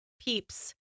peeps